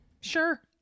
Sure